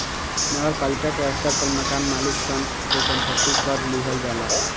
नगर पालिका के स्तर पर मकान मालिक सन से संपत्ति कर लिहल जाला